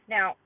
Now